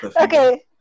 Okay